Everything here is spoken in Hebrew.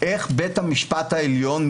איך בית המשפט העליון,